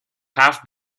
half